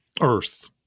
Earth